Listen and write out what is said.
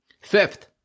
Fifth